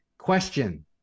question